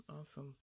awesome